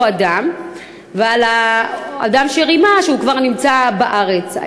אדם ועל האדם שרימה שכבר נמצא בארץ.